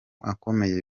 akomeye